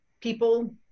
people